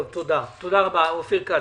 בבקשה, אופיר כץ.